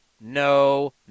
no